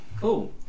cool